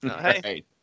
hey